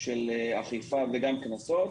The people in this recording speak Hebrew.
של אכיפה, וגם קנסות.